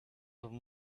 them